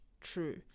true